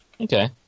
Okay